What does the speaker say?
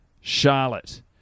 Charlotte